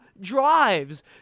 drives